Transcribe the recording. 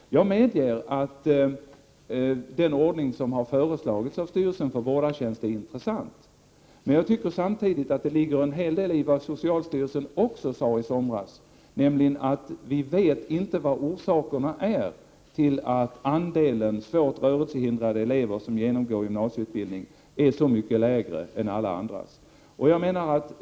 Jag medger att den ordning som har föreslagits av styrelsen för vårdartjänst är intressant, men samtidigt ligger det en hel del i vad socialstyrelsen sade i somras, nämligen att man inte vet vilka orsakerna är till att andelen svårt rörelsehindrade elever som genomgår gymnasieutbildning är så mycket lägre än andelen övriga elever.